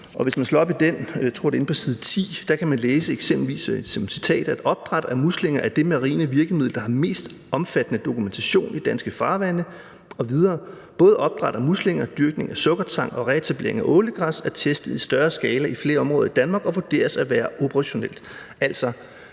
jeg tror, det er på side 10, kan man eksempelvis læse som citat: Opdræt af muslinger er det marine virkemiddel, der har mest omfattende dokumentation i danske farvande. Og videre: Både opdræt af muslinger, dyrkning af sukkertang og reetablering af ålegræs er testet i større skala i flere områder i Danmark og vurderes at være operationelt,